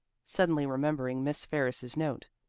suddenly remembering miss ferris's note.